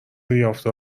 یافته